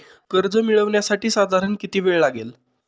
कर्ज मिळविण्यासाठी साधारण किती वेळ लागेल?